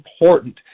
important